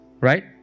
right